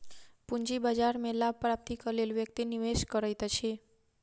पूंजी बाजार में लाभ प्राप्तिक लेल व्यक्ति निवेश करैत अछि